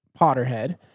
Potterhead